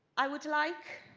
i would like